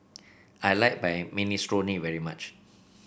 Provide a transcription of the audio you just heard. I like Minestrone very much